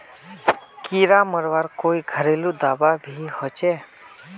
कीड़ा मरवार कोई घरेलू दाबा भी होचए?